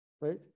right